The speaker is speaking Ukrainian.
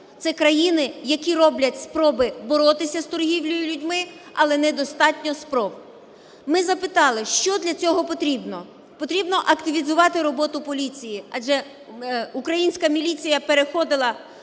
Це країни, які роблять спроби боротися з торгівлею людьми, але недостатньо спроб. Ми запитали: що для цього потрібно? Потрібно активізувати роботу поліції, адже українська поліція переходила,